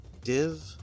Div